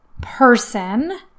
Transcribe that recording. person